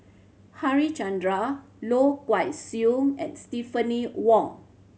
Harichandra Loh and Stephanie Wong